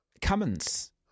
Cummins